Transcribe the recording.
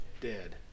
dead